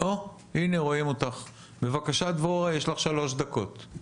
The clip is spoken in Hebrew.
או הנה רואים אותך, בבקשה דבורה יש לך שלוש דקות.